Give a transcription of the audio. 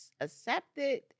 accepted